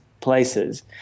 places